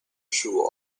shoe